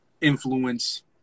influence